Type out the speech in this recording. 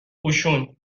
اوشون